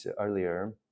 earlier